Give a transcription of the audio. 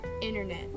internet